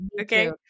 Okay